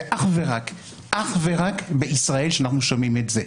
זה אך ורק בישראל שאנחנו שומעים את זה.